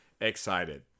excited